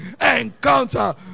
encounter